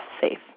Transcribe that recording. safe